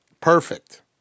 perfect